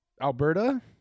Alberta